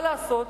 מה לעשות,